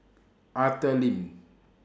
Arthur Lim